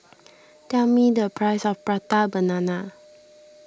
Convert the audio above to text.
tell me the price of Prata Banana